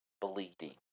bleeding